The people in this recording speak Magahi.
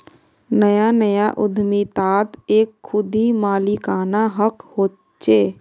नया नया उद्दमितात एक खुदी मालिकाना हक़ होचे